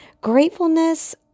Gratefulness